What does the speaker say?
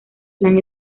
plan